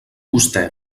vostè